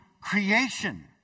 creation